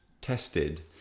tested